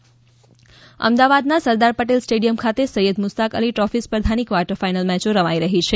cricket અમદાવાદના Sardar Patel stadium ખાતે Syed Mushtaq Ali trophy સ્પર્ધાની કર્વાટર ફિનલ મેચો રમાઇ રહી છે